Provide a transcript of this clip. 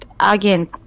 Again